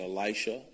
Elisha